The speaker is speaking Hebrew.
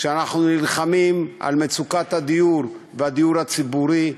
כשאנחנו נלחמים על מצוקת הדיור והדיור הציבורי,